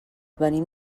venim